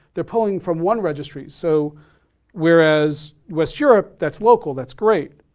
they're pulling from one registry. so whereas west europe, that's local, that's great.